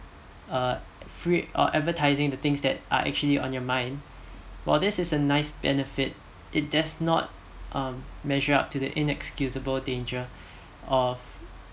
uh free or advertising the things that are actually on your mind while this is a nice benefit it does not um measure up to the inexcusable danger of